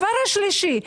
שלישית,